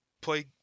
play